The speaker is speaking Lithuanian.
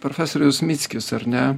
profesorius mickis ar ne